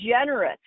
generous